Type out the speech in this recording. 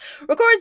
records